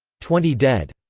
twenty dead.